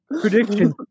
Prediction